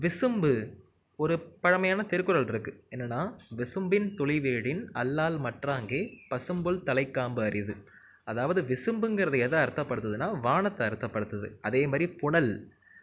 விசும்பு ஒரு பழமையான திருக்குறள் இருக்குது என்னனா விசும்பின் துணிவேளின் அல்லால் மற்றாங்கே பசும்புல் தலை காண்பு அறிது அதாவது விசும்புங்குறது எதை அர்த்த படுத்துதுனா வானத்தை அர்த்தப்படுத்துது அதேமாதிரி புனல்